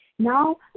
Now